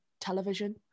television